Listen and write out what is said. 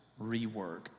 rework